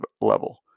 level